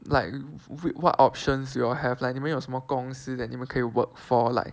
like what options you all have like 你们有什么公司在你们可以 work for like